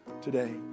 today